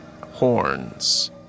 horns